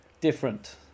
different